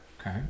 okay